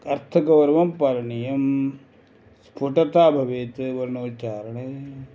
अर्थगौरवं पालनीयं स्फुटता भवेत् वर्णोच्चारणे